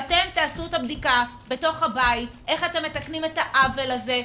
כדאי שאתם תעשו את הבדיקה בתוך הבית איך אתם מתקנים את העוול הזה,